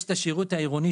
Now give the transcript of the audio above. יש את השירות העירוני,